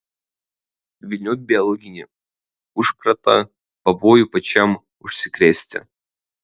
velniop biologinį užkratą pavojų pačiam užsikrėsti